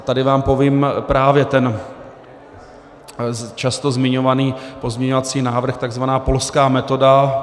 Tady vám povím právě ten často zmiňovaný pozměňovací návrh takzvaná polská metoda.